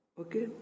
Okay